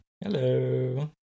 Hello